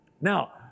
Now